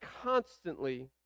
constantly